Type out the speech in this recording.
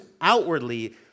outwardly